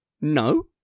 no